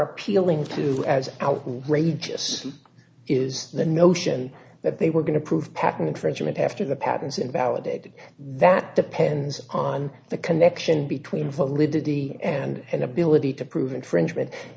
appealing to as outrageous is the notion that they were going to prove patent infringement after the patents invalidated that depends on the connection between validity and an ability to prove infringement